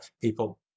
People